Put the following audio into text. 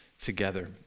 together